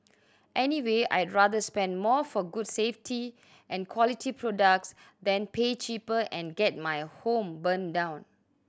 anyway I'd rather spend more for good safety and quality products than pay cheaper and get my home burnt down